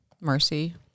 mercy